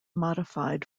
modified